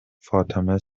فاطمه